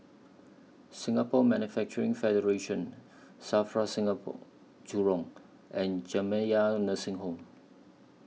Singapore Manufacturing Federation SAFRA Singapore Jurong and Jamiyah Nursing Home